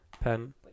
pen